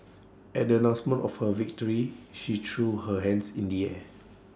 at the announcement of her victory she threw her hands in the air